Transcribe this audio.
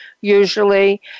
usually